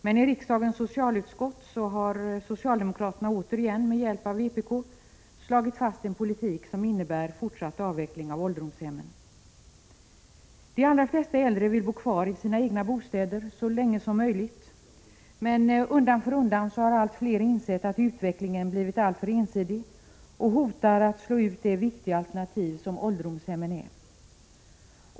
Men i riksdagens socialutskott har socialdemokraterna återigen med hjälp av vpk slagit fast en politik som innebär fortsatt avveckling av ålderdomshemmen. De allra flesta äldre vill bo kvar i sina egna bostäder så länge som möjligt. Men undan för undan har allt fler insett att utvecklingen blivit alltför ensidig och hotar att slå ut det viktiga alternativ som ålderdomshemmen är.